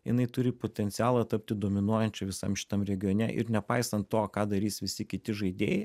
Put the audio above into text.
jinai turi potencialą tapti dominuojančiu visam šitam regione ir nepaisant to ką darys visi kiti žaidėjai